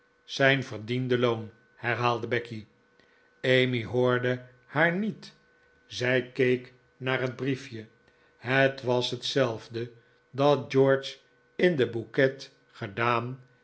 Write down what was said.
zijn verdiende loon herhaalde becky emmy hoorde haar niet zij keek naar het briefje het was hetzelfde dat george in den bouquet gedaan